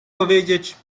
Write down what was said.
powiedzieć